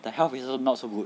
the health isn't not so good